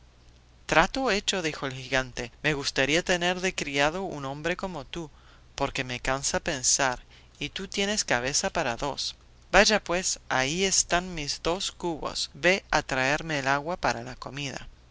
criado trato hecho dijo el gigante me gustaría tener de criado un hombre como tú porque me cansa pensar y tú tienes cabeza para dos vaya pues ahí están mis dos cubos ve a traerme el agua para la comida